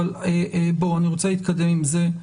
אבל אני רוצה להתקדם עם זה.